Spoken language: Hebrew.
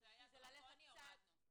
--- זה היה דרקוני, הורדנו.